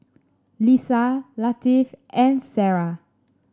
Lisa Latif and Sarah